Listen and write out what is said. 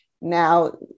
Now